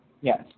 Yes